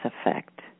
effect